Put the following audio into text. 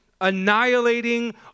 Annihilating